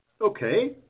okay